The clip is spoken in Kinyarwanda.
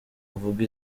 avuge